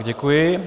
Děkuji.